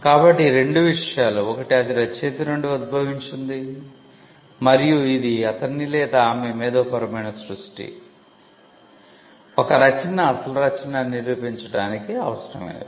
కాబట్టి ఈ రెండు విషయాలు ఒకటి అది రచయిత నుండి ఉద్భవించింది మరియు ఇది అతని లేదా ఆమె మేధోపరమైన సృష్టి ఒక రచన అసలు రచన అని చూపించడానికి అవసరమైనవి